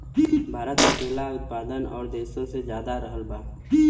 भारत मे केला के उत्पादन और देशो से ज्यादा रहल बा